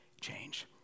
change